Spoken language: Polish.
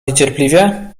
niecierpliwie